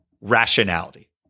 rationality